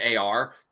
AR